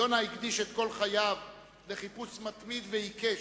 יונה הקדיש את כל חייו לחיפוש מתמיד ועיקש,